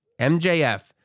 mjf